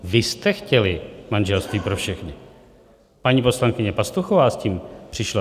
Vy jste chtěli manželství pro všechny, paní poslankyně Pastuchová s tím přišla.